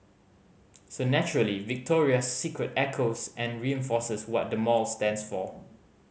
so naturally Victoria's Secret echoes and reinforces what the mall stands for